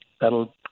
that'll